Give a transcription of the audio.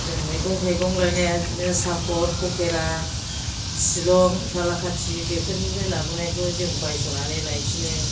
जों मैगं थाइगं लायनाया बिदनो सापर पकिरा शिलं सालाकाथि बेफोरनिफ्राय लाबोनायखौ जों बायसनानै लाइफिनो